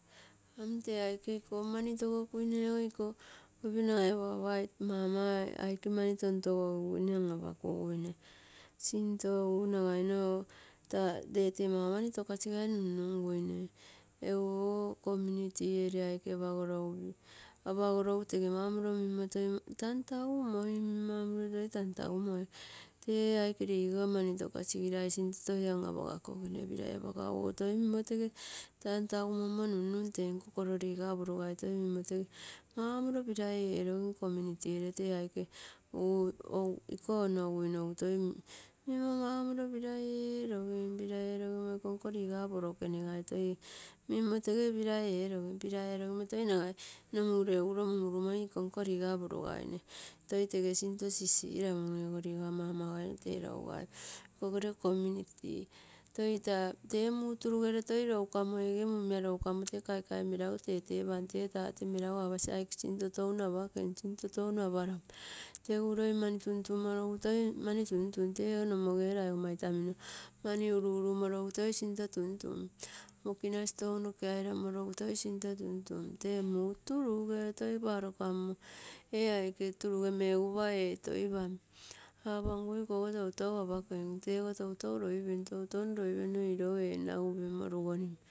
Am tee aike iko mani togo kuine iko lopinasai logai papa, mama aike mani tontogogiguine an-apa kuguina. Sinto egu nagainogo taa lee tee mau mani tokasigai nunnungui eguogo komuniti aike apagorogo tese mau morilo minno toi tantagumoim, minmo toi mau morilo tantagumoim. Tee aike liga mani tokasi sinto toi an apakakogim, pirai apakagauogo toi minmo tege tantagumoim nunnum ee nko kolo liga porogai toi minmo mau moliro pirai eerogim komuniti ege toe aike iko onoguinogu minmo mau moliro pirai, ee e rogim pirai eerogim, pirai erogimo iko nkoliga porokenegai oi minmo pirai erogimo iko nkoliga porokenegai toi minmo pirai eerogim. Pirai erogino toi nagai mureugu mummurumoi iko nko liga poro gaine toi tege sinto sisiramum ego liga mama gai tee lougai ikogere komuniti toi tageremuturuge tege mumia louganmo, tege mumia kaika melagu tetepam tee tate melagu apasi aike sinto toutou a apaike tee apasi aike sinto tou apaiom tesu loi mani tuntumorogu toi run tum. Tago nomoge ee laiga itamino mani uru-uru morogu toi tuntum tee mokinasi tounoke airamorogu sinto tuntum tee muu turuge toi parokammo roi tee ee aikemegupa ee toipam apangu teso toutou apake tego toutou loipem toutou loipemmo iroui ee nagupemmo lugonim.